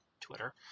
Twitter